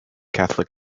catholic